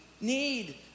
need